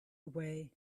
away